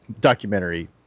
documentary